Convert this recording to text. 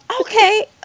okay